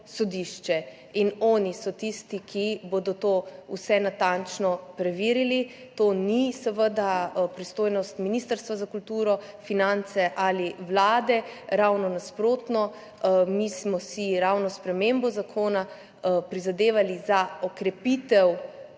sodišče in oni so tisti, ki bodo vse to natančno preverili. To seveda ni pristojnost ministrstva za kulturo, finance ali Vlade, ravno nasprotno. Mi smo si ravno s spremembo zakona prizadevali za okrepitev